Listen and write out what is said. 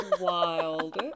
wild